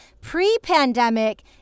Pre-pandemic